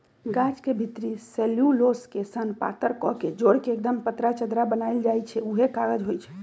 गाछ के भितरी सेल्यूलोस के सन पातर कके जोर के एक्दम पातर चदरा बनाएल जाइ छइ उहे कागज होइ छइ